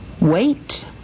Wait